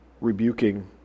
rebuking